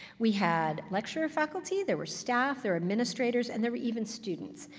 we had lecturer faculty. there were staff. there were administrators, and there were even students.